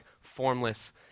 formless